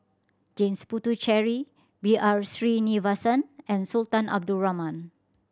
James Puthucheary B R Sreenivasan and Sultan Abdul Rahman